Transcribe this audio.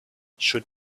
should